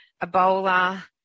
Ebola